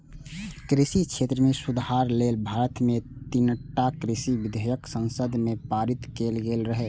कृषि क्षेत्र मे सुधार लेल भारत मे तीनटा कृषि विधेयक संसद मे पारित कैल गेल रहै